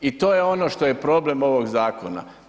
I to je ono što je problem ovog zakona.